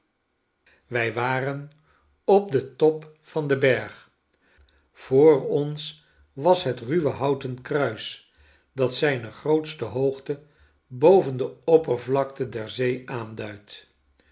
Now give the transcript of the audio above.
wij waren op den top van den berg voor ons was het ruwe houten kruis dat zijne grootste hoogte boven de oppervlakte der zee aanduidt